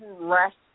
rest